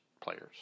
players